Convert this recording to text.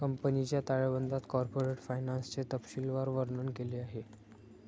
कंपनीच्या ताळेबंदात कॉर्पोरेट फायनान्सचे तपशीलवार वर्णन केले आहे